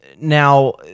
Now